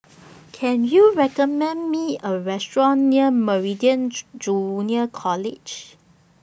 Can YOU recommend Me A Restaurant near Meridian Junior College